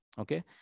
Okay